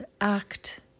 act